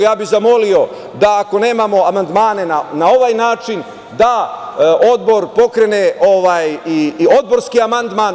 Ja bih zamolio da ako nemamo amandmane na ovaj način, da Odbor pokrene i odborski amandman.